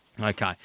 Okay